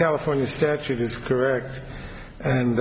california statute is correct and